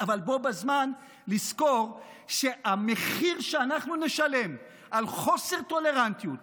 אבל בו בזמן לזכור שהמחיר שאנחנו נשלם על חוסר טולרנטיות,